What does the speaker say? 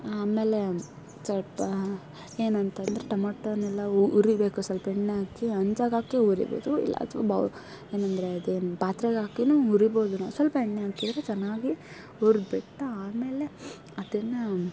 ಆಮೇಲೆ ಸ್ವಲ್ಪ ಏನಂತ ಅಂದ್ರೆ ಟೊಮೋಟೊನೆಲ್ಲ ಉರಿಬೇಕು ಸ್ವಲ್ಪ ಎಣ್ಣೆ ಹಾಕಿ ಹಂಚೋಂಗಾಕಿ ಉರಿಬೋದು ಇಲ್ಲ ಅಥ್ವಾ ಬೌ ಏನೆಂದರೆ ಅದೇನು ಪಾತ್ರೆಗಾಕಿಯೂ ಹುರಿಬೋದು ನಾವು ಸ್ವಲ್ಪ ಎಣ್ಣೆ ಹಾಕಿದರೆ ಚೆನ್ನಾಗಿ ಹುರ್ದ್ಬಿಟ್ಟು ಆಮೇಲೆ ಅದನ್ನು